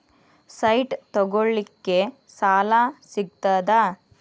Site ತಗೋಳಿಕ್ಕೆ ಸಾಲಾ ಸಿಗ್ತದಾ?